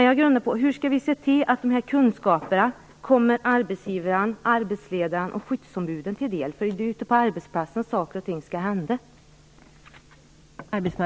Jag undrar hur vi skall se till att de här kunskaperna kommer arbetsgivaren, arbetsledaren och skyddsombudet till del, därför att det är ute på arbetsplatserna som saker och ting skall hända.